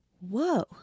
Whoa